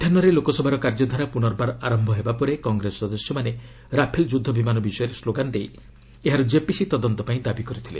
ମଧ୍ୟାହୁରେ ଲୋକସଭାର କାର୍ଯ୍ୟଧାରା ପୁନର୍ବାର ଆରମ୍ଭ ହେବା ପରେ କଂଗ୍ରେସ ସଦସ୍ୟମାନେ ରାଫେଲ ଯୁଦ୍ଧ ବିମାନ ବିଷୟରେ ସ୍କୋଗାନ୍ ଦେଇ ଏହାର ଜେପିସି ତଦନ୍ତ ପାଇଁ ଦାବି କରିଥିଲେ